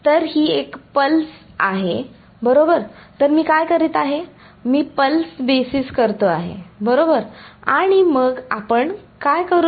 तर ही एक पल्स आहे बरोबर तर मी काय करीत आहे मी पल्स बेसिस करतो आहे बरोबर आणि मग आपण काय करूया